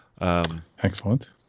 Excellent